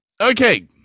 okay